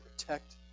protect